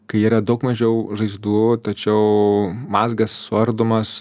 kai yra daug mažiau žaizdų tačiau mazgas suardomas